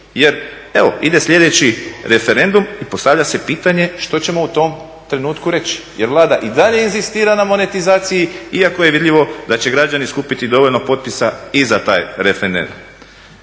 Jer evo ide sljedeći referendum i postavlja se pitanje što ćemo u tom trenutku reći, jer Vlada i dalje inzistira na monetizaciji iako je vidljivo da će građani skupiti dovoljno potpisa i za taj referendum.